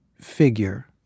figure